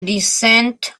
descent